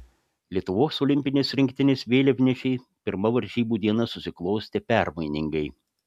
lietuvos olimpinės rinktinės vėliavnešei pirma varžybų diena susiklostė permainingai